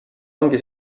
ongi